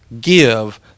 give